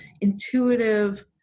intuitive